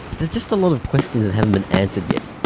there's just a lot of questions that haven't been answered yet.